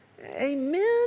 Amen